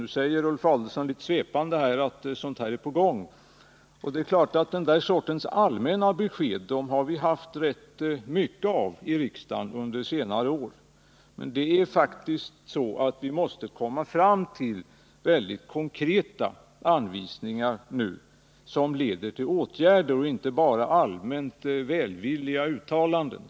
Nu säger Ulf Adelsohn litet svepande att det är på gång. Den sortens — 12 november 1979 allmänna besked har vi haft rätt mycket av i riksdagen under senare år, men nu måste vi faktiskt komma fram till konkreta anvisningar som leder till Om inlandsbanan åtgärder och inte bara allmänt välvilliga uttalanden.